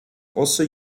also